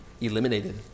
eliminated